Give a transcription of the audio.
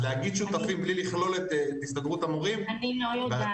אז להגיד שותפים בלי לכלול את הסתדרות המורים בהצלחה,